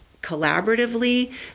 collaboratively